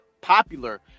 popular